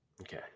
Okay